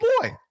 boy